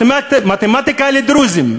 מתמטיקה לדרוזים,